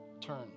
turn